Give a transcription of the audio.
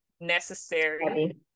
necessary